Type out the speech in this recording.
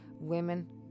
women